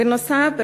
בנוסף,